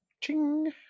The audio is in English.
Ching